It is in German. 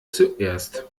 zuerst